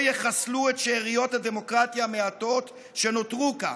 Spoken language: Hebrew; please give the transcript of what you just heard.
יחסלו את שאריות הדמוקרטיה המעטות שנותרו כאן.